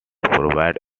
proved